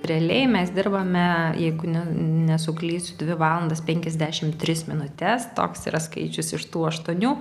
realiai mes dirbame jeigu ne nesuklysiu dvi valandas penkiasdešimt tris minutes toks yra skaičius iš tų aštuonių